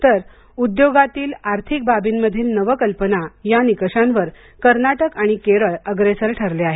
तर उद्योगातील आर्थिक बाबींमधील नवकल्पना या निकषांवर कर्नाटक आणि केरळ अग्रेसर ठरले आहेत